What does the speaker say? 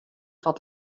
wat